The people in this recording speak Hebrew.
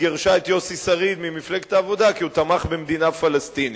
גירשה את יוסי שריד ממפלגת העבודה כי הוא תמך במדינה פלסטינית.